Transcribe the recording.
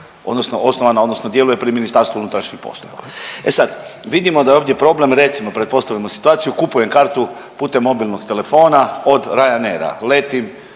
odnosno osnovana odnosno djeluje pri MUP-u. E sad vidimo da je ovdje problem recimo, pretpostavimo situaciju kupuje kartu putem mobilnog telefona od Ryanair, letim